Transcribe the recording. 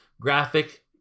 graphic